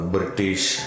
British